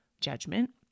judgment